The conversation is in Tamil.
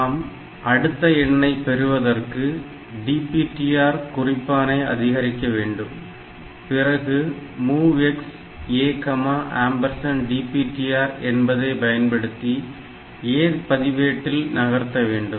நாம் அடுத்த எண் ஐ பெறுவதற்கு DTPR குறிப்பானை அதிகரிக்க வேண்டும் பிறகு MOVX ADPTR என்பதை பயன்படுத்தி A பதிவேட்டில் நகர்த்த வேண்டும்